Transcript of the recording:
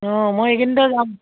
অঁ মই এইকেইদিনতে যাম